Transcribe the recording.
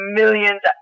millions